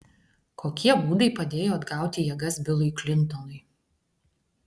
kokie būdai padėjo atgauti jėgas bilui klintonui